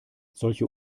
solche